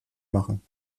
machen